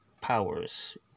powers